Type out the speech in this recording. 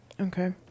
okay